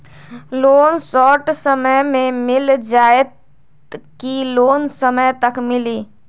Loan short समय मे मिल जाएत कि लोन समय तक मिली?